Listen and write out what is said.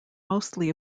mostly